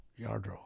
Yardro